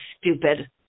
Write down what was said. stupid